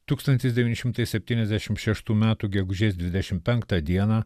tūkstantis devyni šimtai septyniasdešim šeštų metų gegužės dvidešim penktą dieną